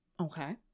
Okay